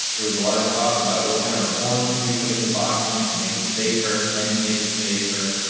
there was a lot of talk about what kind of reforms can we put into boxing to make it safer? can you make it safer?